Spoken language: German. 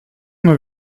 mal